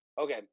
okay